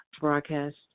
broadcast